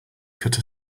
cut